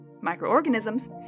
microorganisms